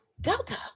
Delta